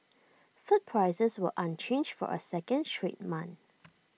food prices were unchanged for A second straight month